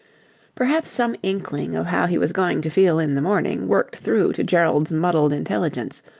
perhaps some inkling of how he was going to feel in the morning worked through to gerald's muddled intelligence,